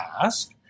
ask